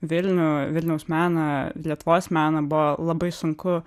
vilnių vilniaus meną lietuvos meną buvo labai sunku